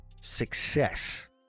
success